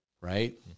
right